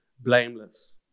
blameless